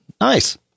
nice